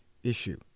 issue